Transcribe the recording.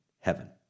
heaven